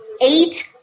eight